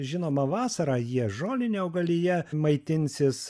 žinoma vasarą jie žoline augalija maitinsis